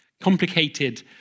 complicated